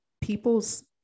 people's